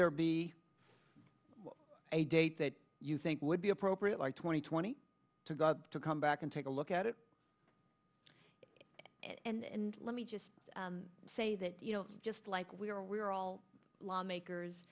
there be a date that you think would be appropriate like twenty twenty to got to come back and take a look at it and let me just say that you know just like we are we're all lawmakers